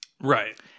right